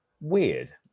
Weird